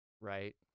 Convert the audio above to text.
right